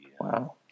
Wow